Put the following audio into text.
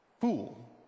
Fool